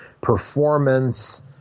performance